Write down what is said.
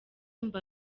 mba